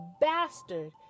bastard